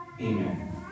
Amen